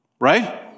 right